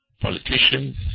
politicians